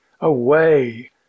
Away